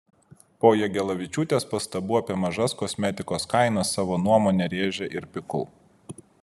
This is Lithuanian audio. po jagelavičiūtės pastabų apie mažas kosmetikos kainas savo nuomonę rėžė ir pikul